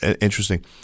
interesting